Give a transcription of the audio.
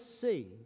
see